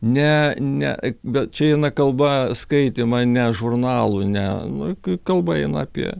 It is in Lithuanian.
ne ne bet čia eina kalba skaitymą ne žurnalų ne kai kalba eina apie